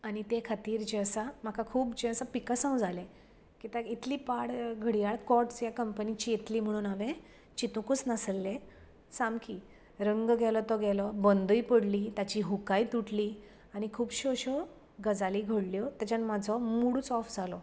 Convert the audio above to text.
आनी ते खातीर जे आसा म्हाका खूब जे आसा पिकसांव जाले कित्याक इतली पाड घडयाळ कॉर्डस ह्या कंपनीची येतली म्हणून हांवें चितुकूच नासिल्ले सामकी रंग गेलो तो गेलो बंदय पडली ताची हुकाय तुटली आनी खुबश्यो अश्यो गजाली घडल्यो तेच्यान म्हाजो मुडूच ऑफ जालो